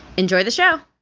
enjoy the show